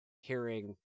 hearing